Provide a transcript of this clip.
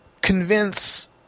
convince